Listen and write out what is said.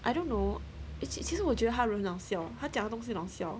I don't know 其实其实我觉得他人很好笑他讲的东西很好笑